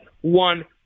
One